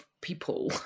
people